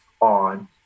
on